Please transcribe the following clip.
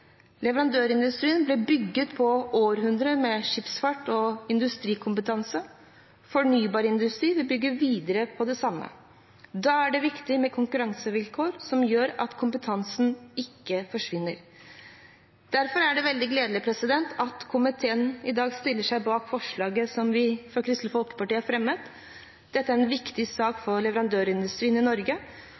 Leverandørindustrien ble bygd på århundrer med skipsfarts- og industrikompetanse. Fornybar industri vil bygge videre på det samme. Da er det viktig med konkurransevilkår som gjør at kompetansen ikke forsvinner. Derfor er det veldig gledelig at komiteen i dag stiller seg bak forslaget som vi fra Kristelig Folkeparti har fremmet. Dette er en viktig sak for leverandørindustrien i Norge,